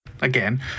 again